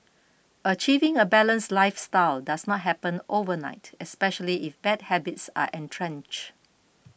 achieving a balanced lifestyle does not happen overnight especially if bad habits are entrench